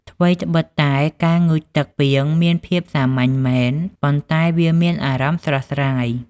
ថ្វីដ្បិតតែ ការងូតទឹកពាងមានភាពសាមញ្ញមែន ប៉ុន្តែវាមានអារម្មណ៍ស្រស់ស្រាយ។